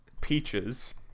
Peaches